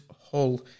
Hull